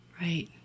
Right